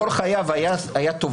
שופט שכל חייו היה תובע,